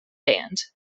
band